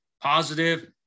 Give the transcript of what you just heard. Positive